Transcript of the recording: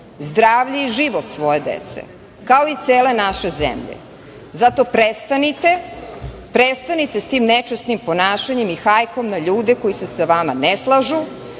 zdravlje i život svoje dece, kao i cele naše zemlje? Zato prestanite, prestanite s tim nečasnim ponašanjem i hajkom na ljude koji se sa vama ne slažu,